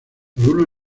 algunos